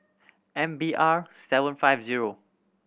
M B R seven five zero